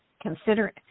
consider